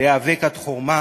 להיאבק עד חורמה